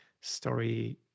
story